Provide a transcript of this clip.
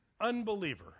unbeliever